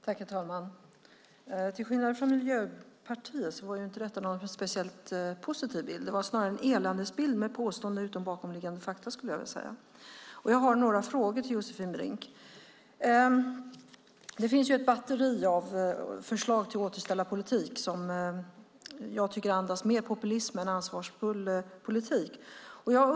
Herr talman! Till skillnad från Miljöpartiet gav detta anförande inte någon speciellt positiv bild. Det var snarare en eländesbild med påståenden utan bakomliggande fakta, skulle jag vilja säga. Jag har några frågor till Josefin Brink. Det finns ett batteri av förslag till återställarpolitik som jag tycker mer andas populism än ansvarsfull politik.